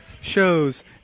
shows